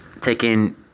taking